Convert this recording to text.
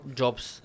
jobs